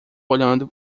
olhando